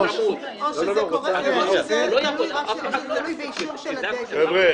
--- כשזה קורה --- באישור של --- חבר'ה